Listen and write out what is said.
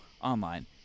online